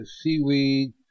seaweed